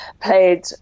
played